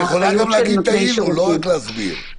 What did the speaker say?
את יכולה גם להגיד טעינו, לא רק להסביר.